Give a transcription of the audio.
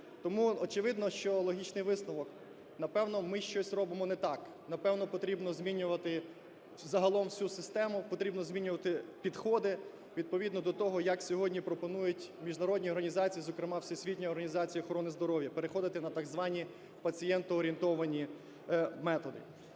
Тому очевидно, що, логічний висновок, напевно, ми щось робимо не так, напевно, треба змінювати загалом всю систему, потрібно змінювати підходи відповідно до того, як сьогодні пропонують міжнародні організації, зокрема Всесвітня організація охорони здоров'я, переходити на так званні пацієнт-орієнтовані методи.